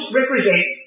represent